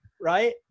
right